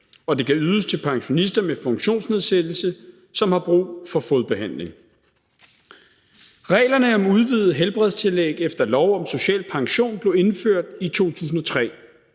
og det kan ydes til pensionister med funktionsnedsættelse, som har brug for fodbehandling. Reglerne om udvidet helbredstillæg efter lov om social pension blev indført i 2003.